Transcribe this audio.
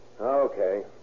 Okay